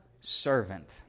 servant